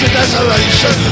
desolation